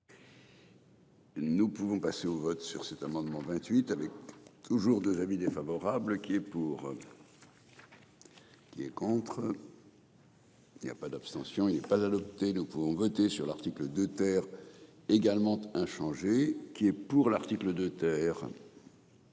Nous pouvons passer au vote sur cet amendement 28 avec toujours de l'avis défavorable qui est pour. Qui est contre. Il n'y a pas d'abstention il n'est pas adopté, nous pouvons voter sur l'article de terre également inchangé qui est pour l'article de